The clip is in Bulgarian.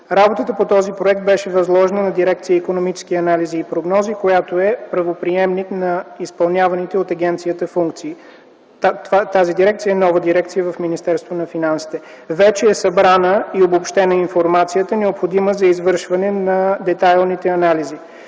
работата по този проект беше възложена на дирекция „Икономически анализи и прогнози”, която е правоприемник на изпълняваните от агенцията функции. Тази дирекция е нова дирекция в Министерството на финансите. Вече е събрана и обобщена информацията, необходима за извършване на детайлните анализи.